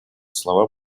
слова